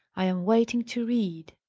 i am waiting to read.